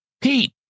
Pete